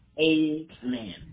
amen